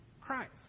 Christ